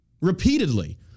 repeatedly